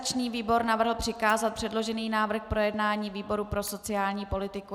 Organizační výbor navrhl přikázat předložený návrh k projednání výboru pro sociální politiku.